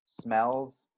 smells